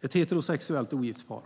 Ett heterosexuellt, ogift par